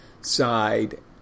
side